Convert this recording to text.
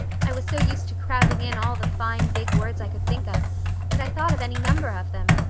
i was so used to crowding in all the fine big words i could think of and i thought of any number of them.